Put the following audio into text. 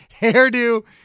Hairdo